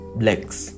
blacks